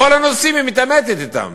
בכל הנושאים היא מתעמתת אתם.